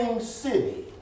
city